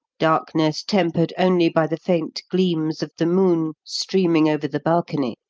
darkness tempered only by the faint gleams of the moon streaming over the balcony,